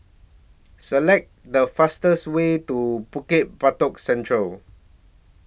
Select The fastest Way to Bukit Batok Central